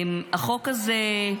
החוק הזה,